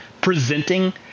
presenting